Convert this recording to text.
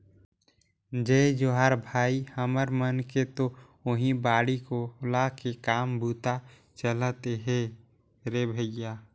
जय जोहार भाई, हमर मन के तो ओहीं बाड़ी कोला के काम बूता चलत हे रे भइया